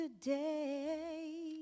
today